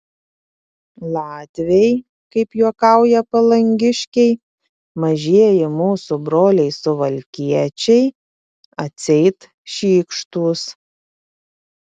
latviai kaip juokauja palangiškiai mažieji mūsų broliai suvalkiečiai atseit šykštūs